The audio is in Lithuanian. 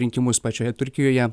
rinkimus pačioje turkijoje